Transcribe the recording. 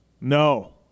No